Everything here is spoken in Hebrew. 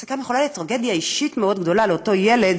זאת גם יכולה להיות טרגדיה אישית מאוד גדולה לאותו ילד